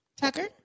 Tucker